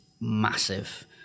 massive